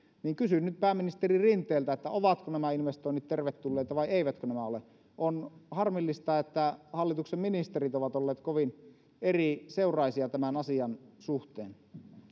kysyn nyt pääministeri rinteeltä ovatko nämä investoinnit tervetulleita vai eivätkö nämä ole on harmillista että hallituksen ministerit ovat olleet kovin eriseuraisia tämän asian suhteen